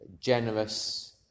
generous